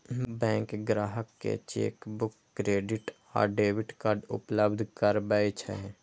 bank ग्राहक कें chequebook, credit आ डेबिट कार्ड उपलब्ध करबै छै